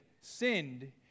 sinned